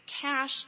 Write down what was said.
cash